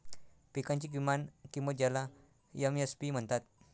पिकांची किमान किंमत ज्याला एम.एस.पी म्हणतात